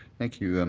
thank you, and